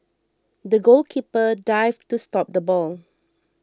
the goalkeeper dived to stop the ball